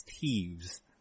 thieves